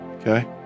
Okay